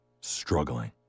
struggling